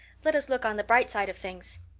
let us look on the bright side of things.